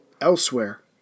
elsewhere